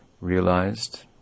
realized